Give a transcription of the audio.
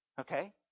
Okay